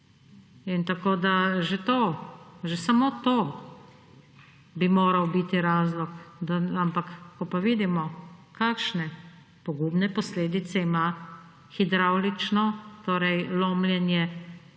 Tako že to, že samo to bi moral biti razlog. Ampak, ko pa vidimo, kakšne pogubne posledice ima hidravlično lomljenje kamnin